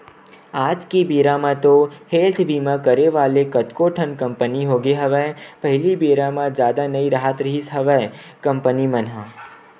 आज के बेरा म तो हेल्थ बीमा करे वाले कतको ठन कंपनी होगे हवय पहिली बेरा म जादा नई राहत रिहिस हवय कंपनी मन ह